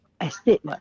estate